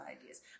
ideas